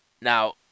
Now